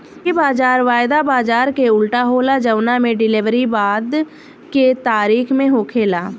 इ बाजार वायदा बाजार के उल्टा होला जवना में डिलेवरी बाद के तारीख में होखेला